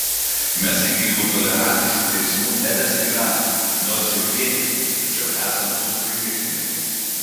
mes iki jų tolerantiškų teismų nedasigyvenom nors ir biedni tačiau esam kultūringesni